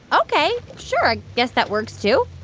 ok. sure, i guess that works, too